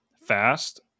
Fast